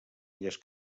illes